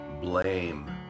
blame